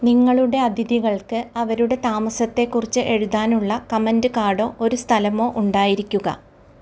നിങ്ങളുടെ അതിഥികൾക്ക് അവരുടെ താമസത്തെക്കുറിച്ച് എഴുതാനുള്ള കമൻറ് കാർഡോ ഒരു സ്ഥലമോ ഉണ്ടായിരിക്കുക